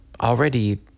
already